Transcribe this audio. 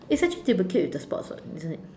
it's actually duplicate with the sports [what] isn't it